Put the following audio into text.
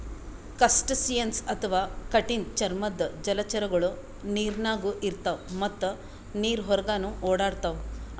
crustaceans ಅಥವಾ ಕಠಿಣ್ ಚರ್ಮದ್ದ್ ಜಲಚರಗೊಳು ನೀರಿನಾಗ್ನು ಇರ್ತವ್ ಮತ್ತ್ ನೀರ್ ಹೊರಗನ್ನು ಓಡಾಡ್ತವಾ